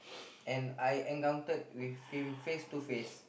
and I encountered with him face to face